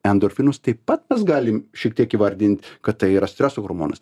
endorfinus taip pat mes galim šiek tiek įvardint kad tai yra streso hormonas